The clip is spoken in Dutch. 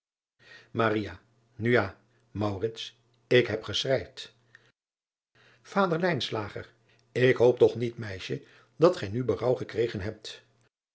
u ja ik heb geschreid ader k hoop toch niet meisje dat gij nu berouw gekregen hebt